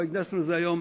לא הקדשנו לזה היום